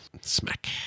Smack